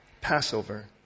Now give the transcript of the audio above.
Passover